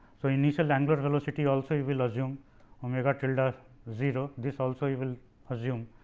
so, initial angular velocity also you will assume omega tilde ah zero, this also you will assume.